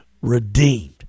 redeemed